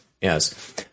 Yes